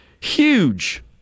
huge